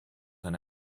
eine